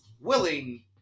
willing